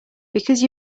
because